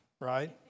right